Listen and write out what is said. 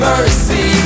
Mercy